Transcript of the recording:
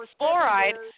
fluoride